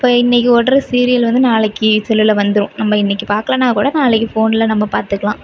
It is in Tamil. இப்போது இன்னிக்கு ஓடுகிற சீரியல் வந்து நாளைக்கு செல்லில் வந்துடும் நம்ம இன்னிக்கு பார்க்கலனாக்கூட நாளைக்கு ஃபோனில் நம்ம பாரத்துக்கலாம்